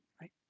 right